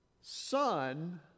son